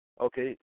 Okay